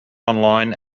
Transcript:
online